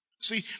See